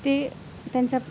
ते त्यांचा